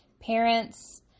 Parents